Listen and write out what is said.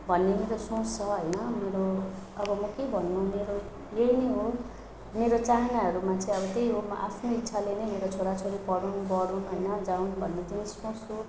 भन्ने मेरो सोच छ होइन मेरो अब म के भन्नु मेरो यही नै हो मेरो चाहनाहरूमा चाहिँ अब त्यही हो म आफ्नै इच्छाले नै मेरो छोराछोरी पढुन बढुन होइन जाउन् भन्ने चाहिँ सोच्छु